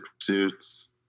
suits